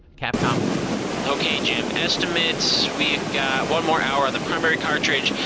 capcom okay, jim, estimate so we've got one more hour on the primary cartridge,